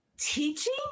Teaching